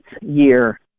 year